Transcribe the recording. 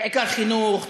בעיקר חינוך,